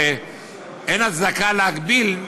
אין הצדקה להגביל,